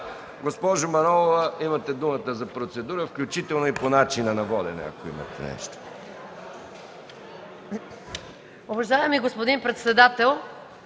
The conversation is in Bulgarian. Госпожо Манолова, имате думата за процедура, включително и по начина на водене, ако имате нещо. МАЯ МАНОЛОВА (КБ): Уважаеми господин председател,